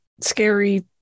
scary